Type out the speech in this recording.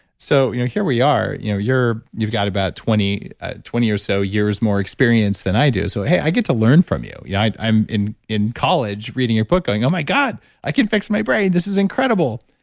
so you know here we are, you know you've got about twenty ah twenty or so years more experience than i do. so hey, i get to learn from you. yeah i'm in in college reading your book going, oh, my god i could fix my brain. this is incredible,